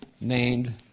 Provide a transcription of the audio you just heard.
named